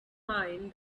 mind